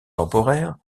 temporaires